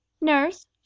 Nurse